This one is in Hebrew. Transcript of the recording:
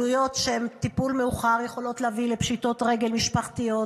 עלויות של טיפול מאוחר יכולות להביא לפשיטות רגל משפחתיות,